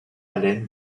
haleine